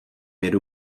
jedu